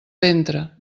ventre